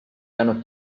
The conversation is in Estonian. jäänud